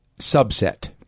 subset